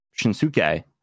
Shinsuke